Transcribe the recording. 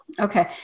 Okay